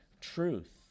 truth